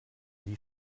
die